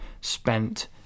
spent